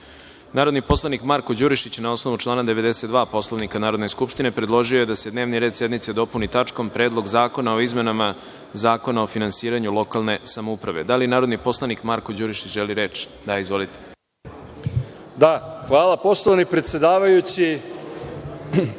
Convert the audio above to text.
predlog. Narodni poslanik Marko Đurišić, na osnovu člana 92. Poslovnika Narodne skupštine predložio je da se dnevni red dopuni tačkom Predlog zakona o izmenama Zakona o finansiranju lokalne samouprave. Da li narodni poslanik Marko Đurišić želi reč? (Da.)Reč ima narodni poslanik